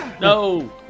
No